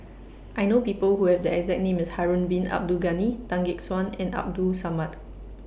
I know People Who Have The exact name as Harun Bin Abdul Ghani Tan Gek Suan and Abdul Samad